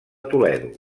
toledo